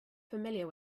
familiar